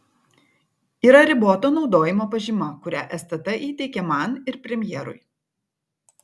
yra riboto naudojimo pažyma kurią stt įteikė man ir premjerui